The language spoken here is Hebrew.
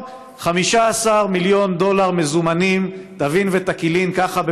15 מיליון דולר מזומנים טבין ותקילין ככה,